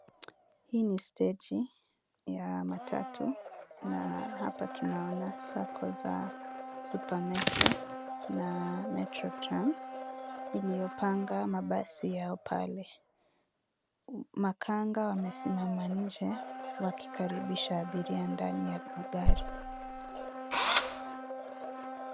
Hii ni steji ya matatu na hapa tunaona sacco za Supermetro na Metrotrans iliyopanga mabasi yao pale. Makanga wamesimama nje wakikaribisha abiria ndani ya magari.